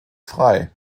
frei